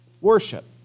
worship